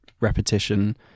repetition